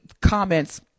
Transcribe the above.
comments